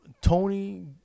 Tony